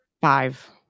five